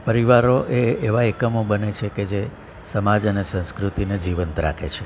પરિવારો એ એવા એકમો બને છે કે જે સમાજ અને સંસ્કૃતિને જીવંત રાખે છે